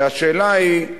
והשאלה היא,